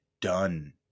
done